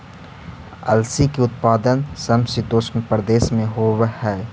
अलसी के उत्पादन समशीतोष्ण प्रदेश में होवऽ हई